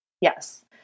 Yes